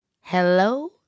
Hello